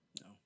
No